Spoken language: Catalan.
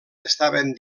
estaven